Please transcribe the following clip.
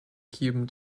cuban